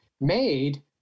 made